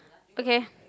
okay